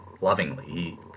lovingly